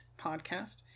podcast